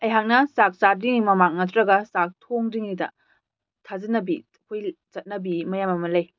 ꯑꯩꯍꯥꯛꯅ ꯆꯥꯛ ꯆꯥꯗ꯭ꯔꯤꯉꯩ ꯃꯃꯥꯡ ꯅꯠꯇ꯭ꯔꯒ ꯆꯥꯛ ꯊꯣꯡꯗ꯭ꯔꯤꯉꯩꯗ ꯊꯥꯖꯅꯕꯤ ꯑꯩꯈꯣꯏ ꯆꯠꯅꯕꯤ ꯃꯌꯥꯝ ꯑꯃ ꯂꯩ